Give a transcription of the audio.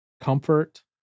comfort